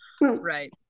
right